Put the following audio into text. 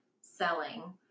selling